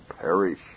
perish